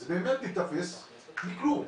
זה באמת ייתפס ככלום.